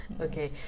Okay